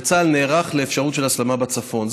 וצה"ל נערך לאפשרות של הסלמה בצפון.